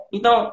Então